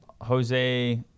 Jose